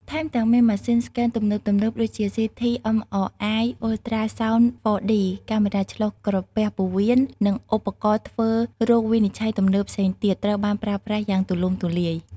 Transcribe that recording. ថែមទាំងមាន ម៉ាស៊ីនស្កេនទំនើបៗ ដូចជា CT MRI Ultrasound 4D កាមេរ៉ាឆ្លុះក្រពះពោះវៀន និងឧបករណ៍ធ្វើរោគវិនិច្ឆ័យទំនើបផ្សេងទៀត ត្រូវបានប្រើប្រាស់យ៉ាងទូលំទូលាយ។